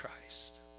Christ